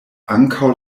ankaŭ